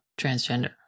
transgender